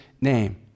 name